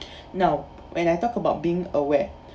now when I talk about being aware